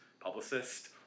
publicist